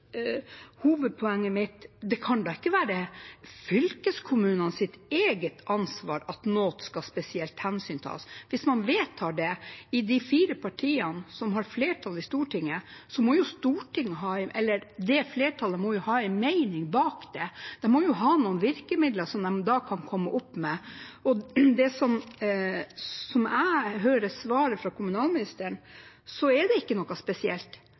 Hovedpoenget mitt var: Det kan ikke være fylkeskommunenes eget ansvar at noe skal spesielt hensyntas. Hvis man vedtar det i de fire partiene som har flertall i Stortinget, må jo det flertallet ha en mening med det. De må jo ha noen virkemidler å komme med. Som jeg hører svaret fra kommunalministeren, er det ikke noe spesielt.